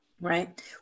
Right